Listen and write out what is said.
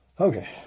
Okay